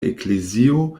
eklezio